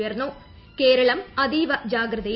ഉയർന്നു കേരളം ്അതീവ ജാഗ്രതയിൽ